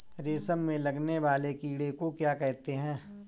रेशम में लगने वाले कीड़े को क्या कहते हैं?